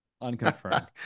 Unconfirmed